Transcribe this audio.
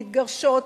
מתגרשות,